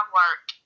work